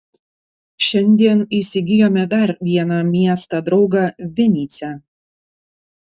šiandien įsigijome dar vieną miestą draugą vinycią